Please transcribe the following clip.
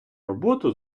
роботу